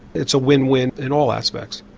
it's a win win in all aspects.